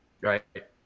right